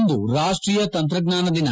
ಇಂದು ರಾಷ್ಟೀಯ ತಂತ್ರಜ್ಞಾನ ದಿನ